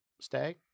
stay